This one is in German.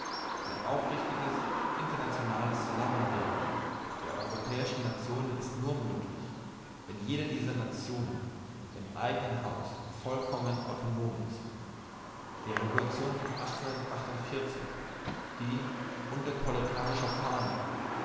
ein aufrichtiges internationales zusammenwirken der europäischen nationen ist nur möglich wenn jede dieser nationen im eignen hause vollkommen autonom ist die revolution von die unter proletarischer fahne